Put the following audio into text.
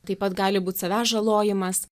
taip pat gali būt savęs žalojimas